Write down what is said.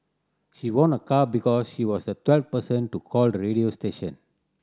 she won a car because she was the twelfth person to call the radio station